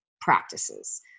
practices